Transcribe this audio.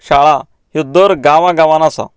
शाळा ह्यो दर गांवा गांवात आसात